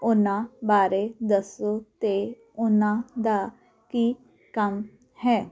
ਉਹਨਾਂ ਬਾਰੇ ਦੱਸੋ ਅਤੇ ਉਹਨਾਂ ਦਾ ਕੀ ਕੰਮ ਹੈ